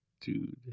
Dude